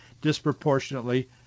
disproportionately